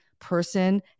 person